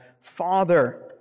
Father